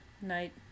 night